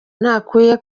ntakwiye